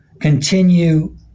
continue